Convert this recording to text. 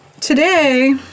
today